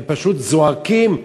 הם פשוט זועקים: